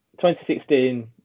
2016